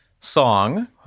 Song